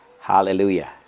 Hallelujah